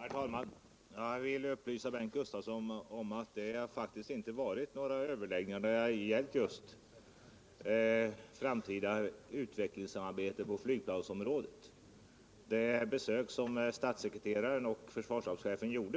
Herr talman! Jag vill upplysa Bengt Gustavsson om att det faktiskt inte varit några överläggningar. Det besök som statssekreteraren och försvarsstabschefen gjort